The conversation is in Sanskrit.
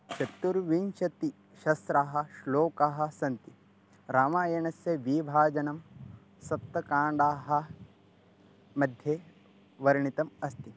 चतुर्विंशतिसहस्रः श्लोकाः सन्ति रामायणस्य विभाजनं सप्तकाण्डाः मध्ये वर्णितम् अस्ति